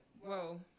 whoa